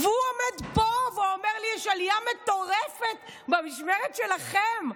והוא עומד פה ואומר: יש עלייה מטורפת במשמרת שלכם.